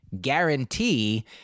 guarantee